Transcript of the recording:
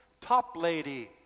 Toplady